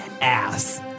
ass